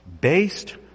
based